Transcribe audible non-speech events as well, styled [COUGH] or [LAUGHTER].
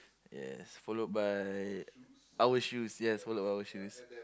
yes followed by [NOISE] our shoes yes followed our shoes